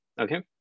okay